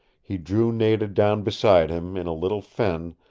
he drew nada down beside him in a little fen,